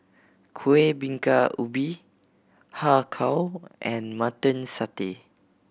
Kuih Bingka Ubi Har Kow and Mutton Satay